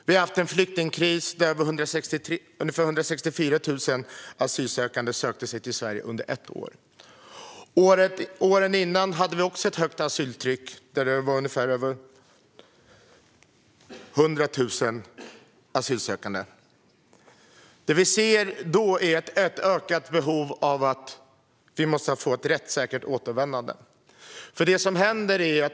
Det har varit en flyktingkris där ungefär 164 000 asylsökande sökte sig till Sverige under ett år. Åren innan var det också ett högt asyltryck med över 100 000 asylsökande. Vi ser att det finns ett ökat behov av att det finns ett rättssäkert förfarande för återvändande.